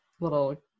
little